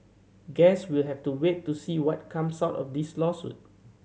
guess we'll have to wait to see what comes out of this lawsuit